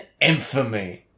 infamy